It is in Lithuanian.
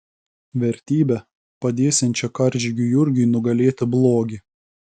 vertybe padėsiančia karžygiui jurgiui nugalėti blogį